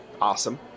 awesome